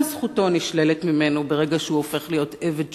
גם זכויותיו הבסיסיות של עובד ההיי-טק,